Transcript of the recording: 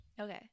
Okay